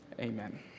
Amen